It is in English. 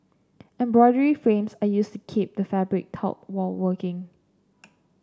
embroidery frames are used to keep the fabric taut while working